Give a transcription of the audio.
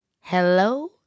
hello